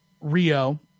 Rio